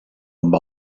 amb